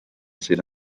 sydd